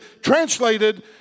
translated